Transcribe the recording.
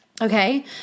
okay